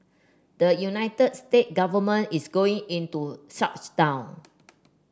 the United States government is going into shutdown